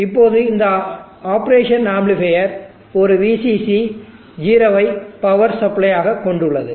இப்போது இந்த operation amplifier ஒரு VCC 0 வை பவர் சப்ளை ஆக கொண்டுள்ளது